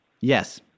Yes